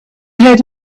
heard